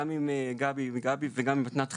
גם עם גבי וגם עם מתנת חיים,